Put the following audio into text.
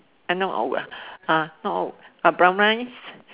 uh oh uh brown rice